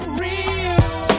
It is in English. real